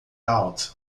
out